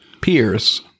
peers